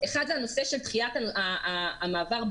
ובתוכם המסה של שחקני אימפקט גבוה,